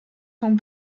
von